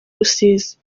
rusizi